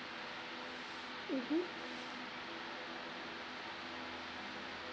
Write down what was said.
mmhmm